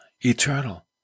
eternal